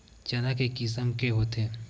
चना के किसम के होथे?